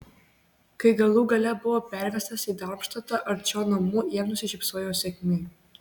kai galų gale buvo pervestas į darmštatą arčiau namų jam nusišypsojo sėkmė